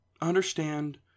Understand